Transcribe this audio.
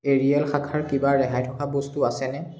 Ariel শাখাৰ কিবা ৰেহাই থকা বস্তু আছেনে